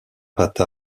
pattes